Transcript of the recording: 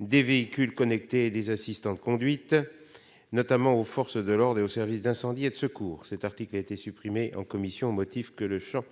des véhicules connectés et des assistants de conduite, notamment aux forces de l'ordre et aux services d'incendie et de secours. Cet article a été supprimé en commission, au motif que le champ